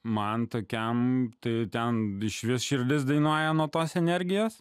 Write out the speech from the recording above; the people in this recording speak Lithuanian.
man tokiam tai ten išvis širdis dainuoja nuo tos energijos